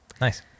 nice